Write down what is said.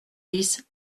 dix